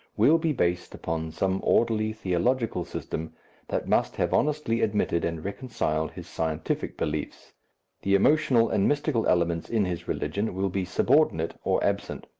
will be based upon some orderly theological system that must have honestly admitted and reconciled his scientific beliefs the emotional and mystical elements in his religion will be subordinate or absent.